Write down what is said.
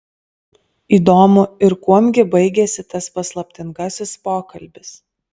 įdomu ir kuom gi baigėsi tas paslaptingasis pokalbis